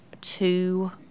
two